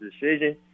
decision